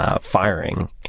Firing